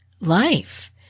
life